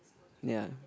ya